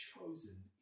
chosen